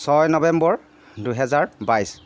ছয় নৱেম্বৰ দুহেজাৰ বাইছ